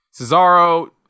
Cesaro